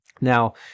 Now